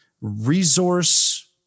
resource